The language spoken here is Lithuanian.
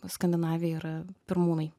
skandinavija yra pirmūnai